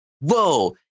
whoa